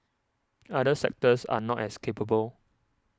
other sectors are not as capable